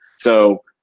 so,